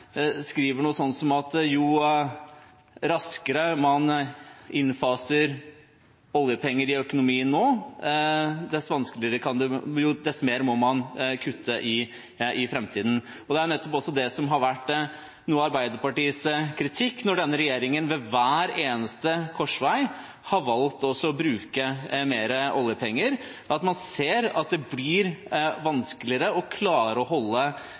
skriver noe sånt som at jo raskere man innfaser oljepenger i økonomien nå, desto mer må man kutte i framtiden. Det er jo nettopp det som også har vært noe av Arbeiderpartiets kritikk. Når denne regjeringen ved hver eneste korsvei har valgt å bruke mer oljepenger, ser man at det blir vanskeligere å klare å holde